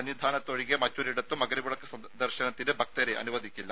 സന്നിധാനത്ത് ഒഴികെ മറ്റൊരിടത്തും മകരവിളക്ക് ദർശനത്തിന് ഭക്തരെ അനുവദിക്കില്ല